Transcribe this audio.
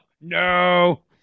No